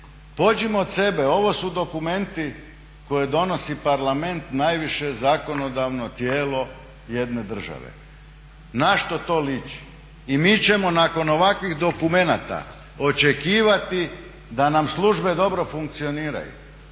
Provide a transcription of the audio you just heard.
Pođimo od sebe, ovo su dokumenti koje donosi Parlament, najviše zakonodavno tijelo jedne države. Na što to liči? I mi ćemo nakon ovakvih dokumenata očekivati da nam službe dobro funkcioniraju?